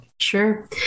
Sure